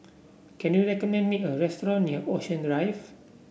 can you recommend me a restaurant near Ocean Drive